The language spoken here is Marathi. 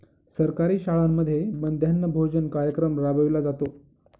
सरकारी शाळांमध्ये मध्यान्ह भोजन कार्यक्रम राबविला जातो